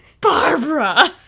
Barbara